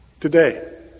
Today